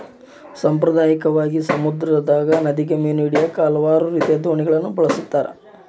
ಸಾಂಪ್ರದಾಯಿಕವಾಗಿ, ಸಮುದ್ರದಗ, ನದಿಗ ಮೀನು ಹಿಡಿಯಾಕ ಹಲವಾರು ರೀತಿಯ ದೋಣಿಗಳನ್ನ ಬಳಸ್ತಾರ